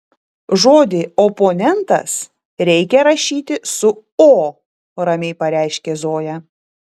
žodį oponentas reikia rašyti su o ramiai pareiškė zoja